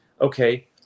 okay